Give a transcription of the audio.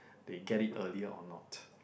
they get it earlier or not